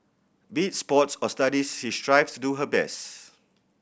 be it sports or studies she strives do her best